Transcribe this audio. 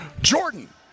Jordan